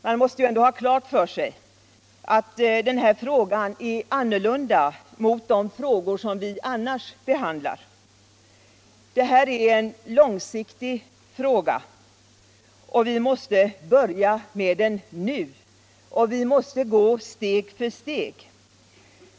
Man måste dock ha klart för sig att den här frågan är av annat slag än de frågor vi annars behandlar. Det här är en fråga om åtgärder på lång sikt, och vi måste börja nu och gå steg för steg.